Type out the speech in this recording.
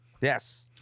Yes